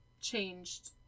changed